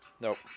Nope